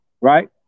right